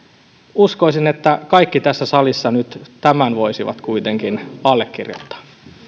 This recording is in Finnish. uskoisin että kaikki tässä salissa nyt tämän voisivat kuitenkin allekirjoittaa